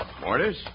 Mortis